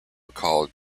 recalled